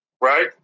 Right